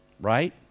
Right